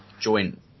joint